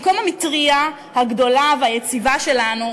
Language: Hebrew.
במקום המטרייה הגדולה והיציבה שלנו,